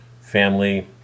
family